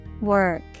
Work